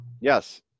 Yes